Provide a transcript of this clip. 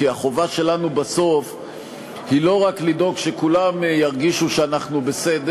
כי החובה שלנו בסוף היא לא רק לדאוג שכולם ירגישו שאנחנו בסדר